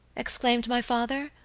exclaimed my father,